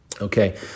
Okay